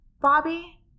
Bobby